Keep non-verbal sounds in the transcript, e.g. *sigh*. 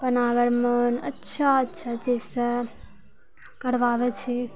*unintelligible* मोन अच्छा अच्छा चीज सँ करबाबै छी